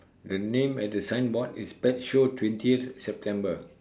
the name at the sign board is pet show twentieth September